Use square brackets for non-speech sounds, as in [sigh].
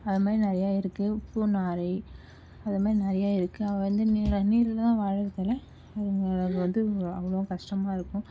அது மாதிரி நிறையா இருக்கு பூநாரை அது மாதிரி நிறையா இருக்கு அது வந்து நீரில் தண்ணீரில் தான் வாழும் தவிர [unintelligible] அது வந்து அவ்வளோ கஷ்டமாக இருக்கும்